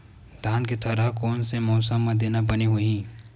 धान के थरहा कोन से मौसम म देना बने होही?